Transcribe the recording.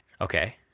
Okay